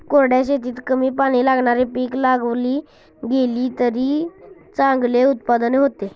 कोरड्या शेतीत कमी पाणी लागणारी पिकं लावली गेलीत तर चांगले उत्पादन होते